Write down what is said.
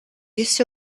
this